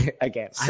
Again